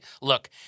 Look